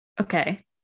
Okay